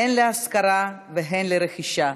הן להשכרה והן לרכישה.